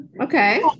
Okay